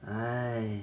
!hais!